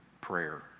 prayer